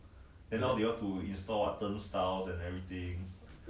more hospitable ah